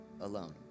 alone